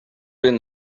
been